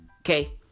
Okay